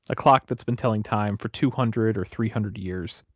a clock that's been telling time for two hundred or three hundred years,